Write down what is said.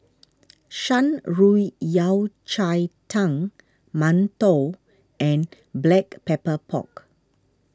Shan Rui Yao Cai Tang Mantou and Black Pepper Pork